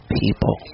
people